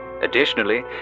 Additionally